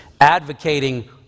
advocating